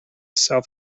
self